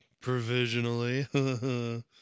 provisionally